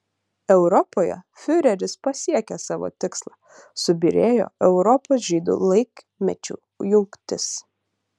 europoje fiureris pasiekė savo tikslą subyrėjo europos žydų laikmečių jungtis